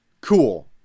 Cool